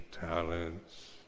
talents